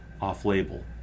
off-label